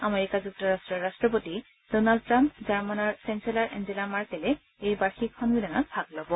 America যুক্তৰাট্টৰ ৰাট্টপতি Donald Trump জাৰ্মনৰ চেন্সেলৰ এঞ্জেলা মাৰ্কেলে এই বাৰ্ষিক সন্মিলনত ভাগ লব